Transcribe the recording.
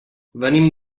venim